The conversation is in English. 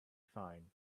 fine